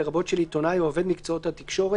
לרבות של עיתונאי או עובד מקצועות התקשורת,